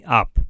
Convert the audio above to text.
up